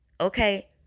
Okay